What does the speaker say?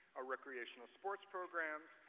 ah recreational sports programs,